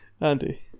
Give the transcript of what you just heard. Andy